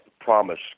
promise